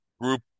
group